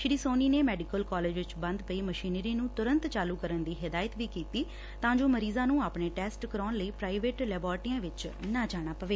ਸ੍ਰੀ ਸੋਨੀ ਨੇ medical college ਵਿਚ ਬੰਦ ਪਈ ਮਸ਼ੀਨਰੀ ਨੂੰ ਡੁਰੰਤ ਚਾਲੂ ਕਰਨ ਦੀ ਹੱਦਾਇਤ ਵੀ ਕੀਤੀ ਤਾਂ ਜੋ ਮਰੀਜਾ ਨੁੰ ਆਪਣੇ ਟੈਸਟ ਕਰਵਾਉਣ ਲਈ ਪ੍ਰਾਈਵੇਟ ਲੈਬੋਰਟਰੀਆਂ ਵਿਚ ਨਾ ਜਾਣਾ ਪਵੇ